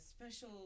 special